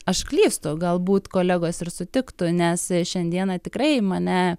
aš klystu galbūt kolegos ir sutiktų nes šiandieną tikrai mane